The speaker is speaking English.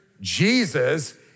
Jesus